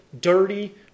dirty